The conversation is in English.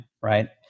right